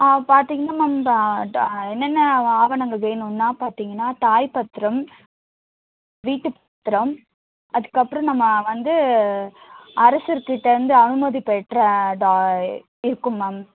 ஆ பார்த்தீங்கன்னா மேம் இப்போ ட என்னென்ன வ ஆவணங்கள் வேணுன்னா பார்த்தீங்கன்னா தாய் பத்திரம் வீட்டு பத்திரம் அதுக்கப்புறம் நம்ம வந்து அரசர்கிட்டேருந்து அனுமதி பெற்ற டா இருக்கும் மேம்